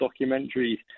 documentaries